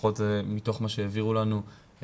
לפחות מתוך מה שהעבירו לנו,